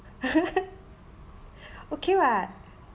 okay [what]